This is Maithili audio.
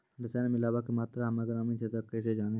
रसायन मिलाबै के मात्रा हम्मे ग्रामीण क्षेत्रक कैसे जानै?